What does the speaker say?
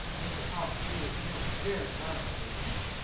mr. hobbs blew his nose very loudly again.